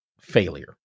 failure